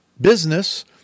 business